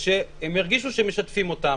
ושהם ירגישו שמשתפים אותם,